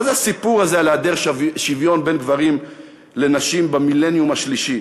מה זה הסיפור הזה על היעדר שוויון בין גברים לבין נשים במילניום השלישי?